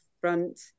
front